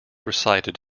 recited